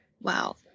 Wow